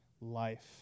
life